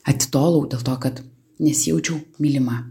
atitolau dėl to kad nesijaučiau mylima